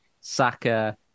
Saka